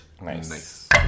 Nice